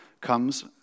comes